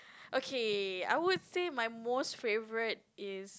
okay I would say my most favourite is